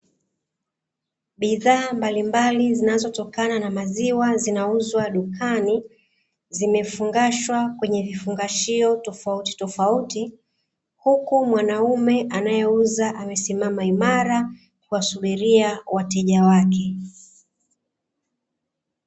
Bidhaa mbalimbali zinazotokana na maziwa zinauzwa dukani, zimefungashwa kwenye vifungashio tofautitofauti huku mwanaume anayeuza amesimama imara kuwasubiria wateja wake.